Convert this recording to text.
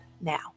now